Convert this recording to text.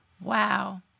Wow